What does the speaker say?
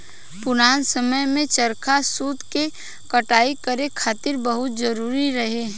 पुरान समय में चरखा सूत के कटाई करे खातिर बहुते जरुरी रहे